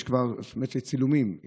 יש צילומים.